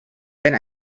denn